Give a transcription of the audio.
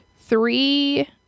Three